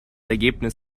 ergebnis